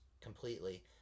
completely